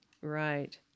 right